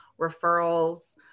referrals